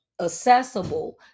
accessible